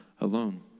alone